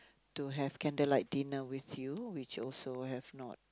to have candlelight dinner with you which also have not